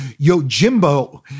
Yojimbo